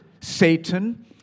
Satan